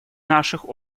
наших